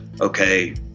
okay